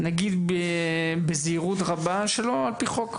נגיד בזהירות רבה, שלא על פי חוק.